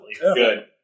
Good